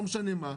לא משנה מה.